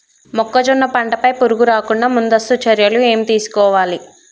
మొక్కజొన్న పంట పై పురుగు రాకుండా ముందస్తు చర్యలు ఏం తీసుకోవాలి?